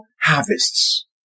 harvests